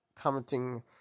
commenting